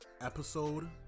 Episode